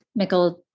Mikkel